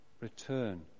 Return